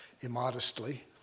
immodestly